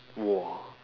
!wah!